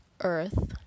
earth